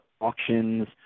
auctions